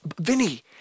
Vinny